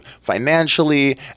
financially